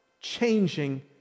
changing